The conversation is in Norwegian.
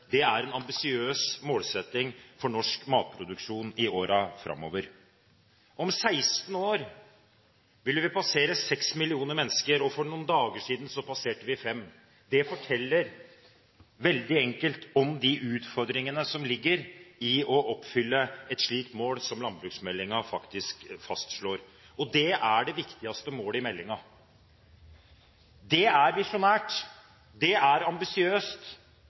er en ambisiøs målsetting for norsk matproduksjon i årene framover. Om 16 år vil vi passere seks millioner mennesker; for noen dager siden passerte vi fem millioner. Det forteller veldig enkelt om de utfordringene som ligger i å oppfylle et slikt mål som landbruksmeldingen faktisk fastslår, og det er det viktigste målet i meldingen. Det er visjonært, det er ambisiøst,